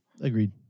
Agreed